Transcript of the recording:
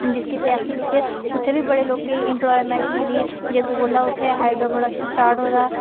district बिच उत्थें बी बड़े लोकें ई बड़ी इंप्लॉयमेंट मिली दी जदूं कोला ओह् उत्थें हाइड्रोप्रोडक्शन स्टार्ट होए दा